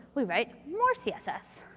we write more css.